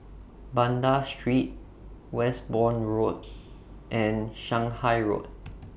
Banda Street Westbourne Road and Shanghai Road